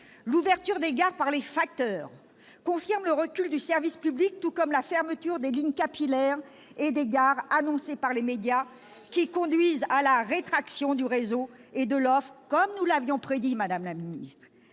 l'ouverture des gares par les facteurs confirme le recul du service public, tout comme la fermeture des lignes capillaires et des gares annoncée par les médias, ... Elle a raison !... qui conduit à la rétraction du réseau et de l'offre, comme nous l'avions prédit. La SNCF prospecte